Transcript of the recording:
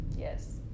Yes